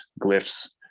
glyphs